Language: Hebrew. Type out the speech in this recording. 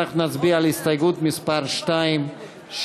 אנחנו נצביע על הסתייגות מס' 2,